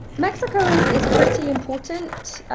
mexico is is pretty important.